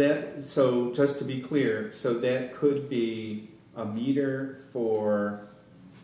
there so just to be clear so there could be here for